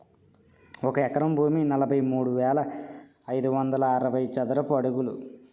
ఒక ఎకరం భూమి నలభై మూడు వేల ఐదు వందల అరవై చదరపు అడుగులు